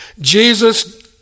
Jesus